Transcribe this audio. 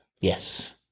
Yes